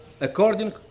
according